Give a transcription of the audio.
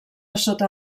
sota